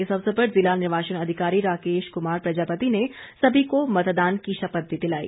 इस अवसर पर जिला निर्वाचन अधिकारी राकेश कुमार प्रजापति ने सभी को मतदान की शपथ भी दिलाई